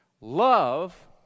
love